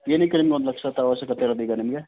ಏನಕ್ಕೆ ನಿಮ್ಗೆ ಒಂದು ಲಕ್ಷದ ಆವಶ್ಯಕತೆ ಇರೋದು ಈಗ ನಿಮಗೆ